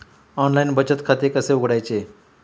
Online बचत खाते कसे उघडायचे?